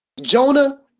Jonah